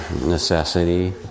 necessity